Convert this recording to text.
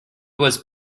was